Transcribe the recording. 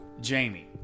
Jamie